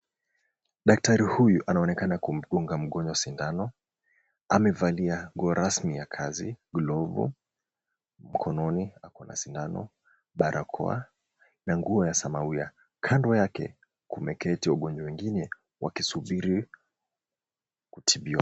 Daktari huyu anaonekana kumdunga mgonjwa sindano, amevalia nguo rasmi ya kazi, glovu, mkononi ako na sindano, barakoa na nguo ya samawia. Kando yake kumeketi wagonjwa wengine wakisubiri kutibiwa.